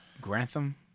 Grantham